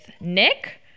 Nick